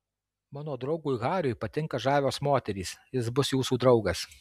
mano draugui hariui patinka žavios moterys jis bus jūsų draugas